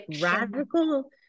radical